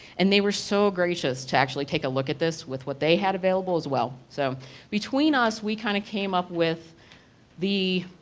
and they were so gracious to actually take a look at this with what they had available as well. so between us, we kind of came up with the.